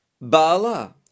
Bala